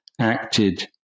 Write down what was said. acted